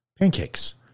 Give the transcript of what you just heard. Pancakes